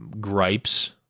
gripes